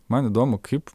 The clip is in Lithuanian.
man įdomu kaip